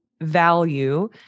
value